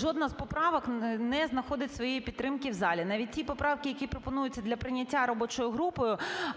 Жодна з поправок не знаходить своєї підтримки в залі. Навіть ті поправки, які пропонуються для прийняття робочою групою,